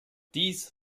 dies